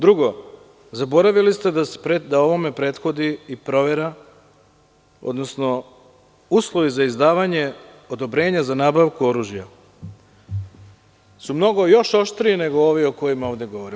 Drugo, zaboravili ste da ovome prethodi i provera odnosno uslovi za izdavanje odobrenja za nabavku oružja, koje su mnogo oštrije nego ove o kojima ovde govorimo.